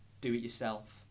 do-it-yourself